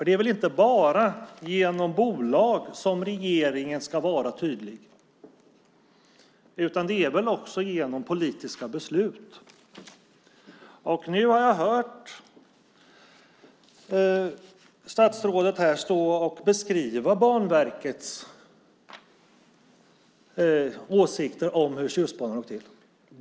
Det är väl inte bara genom bolag som regeringen ska vara tydlig, utan det är väl också genom politiska beslut? Nu har jag hört statsrådet beskriva Banverkets åsikter om hur Tjustbanan ligger till.